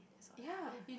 ya